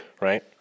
right